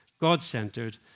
God-centered